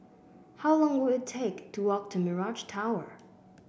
how long will it take to walk to Mirage Tower